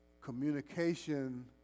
communication